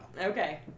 Okay